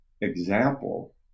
example